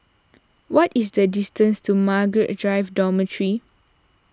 what is the distance to Margaret Drive Dormitory